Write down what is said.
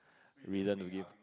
reason to give